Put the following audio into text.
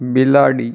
બિલાડી